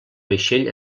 vaixell